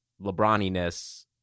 LeBroniness